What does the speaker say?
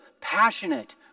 passionate